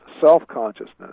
self-consciousness